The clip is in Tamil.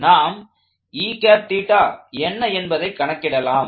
நாம் என்ன என்பதை கணக்கிடலாம்